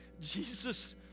Jesus